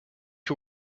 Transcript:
you